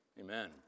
Amen